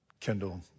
Kendall